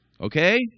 Okay